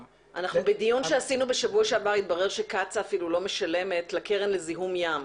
בדיון שקיימנו בשבוע שעבר התברר שקצ"א אפילו לא משלמת לקרן לזיהום ים.